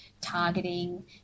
targeting